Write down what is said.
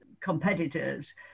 competitors